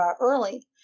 early